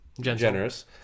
generous